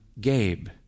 Gabe